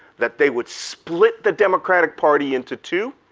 that they would split the democratic party into two,